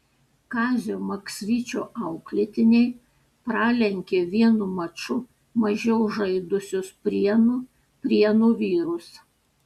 kazio maksvyčio auklėtiniai pralenkė vienu maču mažiau žaidusius prienų prienų vyrus